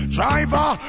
Driver